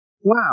Wow